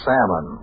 Salmon